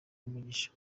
umugisha